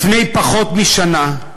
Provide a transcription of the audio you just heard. לפני פחות משנה,